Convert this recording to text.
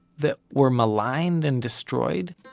that were maligned and destroyed,